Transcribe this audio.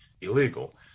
illegal